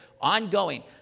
ongoing